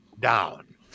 down